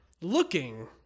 looking